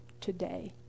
today